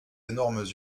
énormes